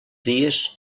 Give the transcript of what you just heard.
dies